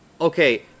okay